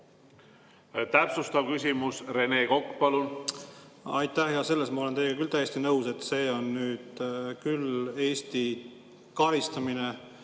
Täpsustav küsimus, Rene Kokk, palun! Aitäh! Selles ma olen teiega täiesti nõus, et see on nüüd küll Eesti karistamine